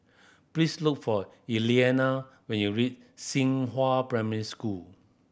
please look for Elliana when you reach Xinghua Primary School